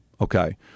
Okay